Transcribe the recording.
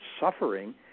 suffering